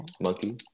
monkey